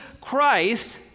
Christ